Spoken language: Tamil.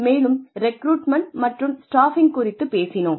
மேலும் ரெக்ரூட்மெண்ட் மற்றும் ஸ்டாஃபிங் குறித்துப் பேசினோம்